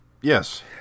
Yes